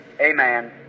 amen